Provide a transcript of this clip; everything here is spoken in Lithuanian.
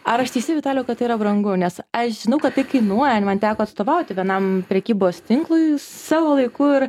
ar aš teisi vitalijau kad tai yra brangu nes aš žinau kad tai kainuoja ir man teko atstovauti vienam prekybos tinklui savo laiku ir